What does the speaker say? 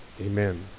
Amen